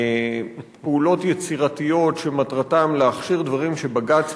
פעולות יצירתיות שמטרתן להכשיר דברים שבג"ץ